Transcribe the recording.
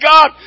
God